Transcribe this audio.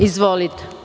Izvolite.